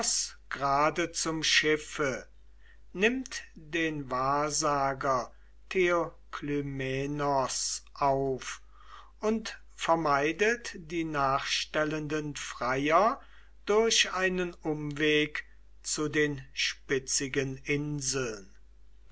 grade zum schiffe nimmt den wahrsager theoklymenos auf und vermeidet die nachstellenden freier durch einen umweg zu den spitzigen inseln